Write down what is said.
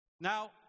Now